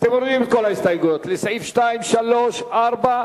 26 בעד,